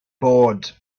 bod